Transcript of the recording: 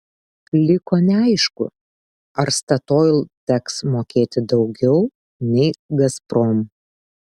liko neaišku ar statoil teks mokėti daugiau nei gazprom